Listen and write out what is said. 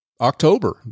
October